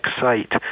site